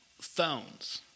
phones